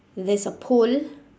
there's a pole